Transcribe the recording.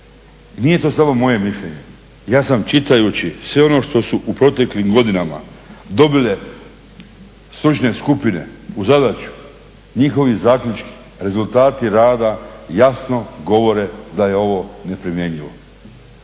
nije to samo moje mišljenje, ja sam čitajući sve ono što su u proteklim godinama dobile stručne skupine u zadaću, njihovi zaključci, rezultati rada jasno govore da je ovo neprimjenjivo.